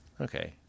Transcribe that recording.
Okay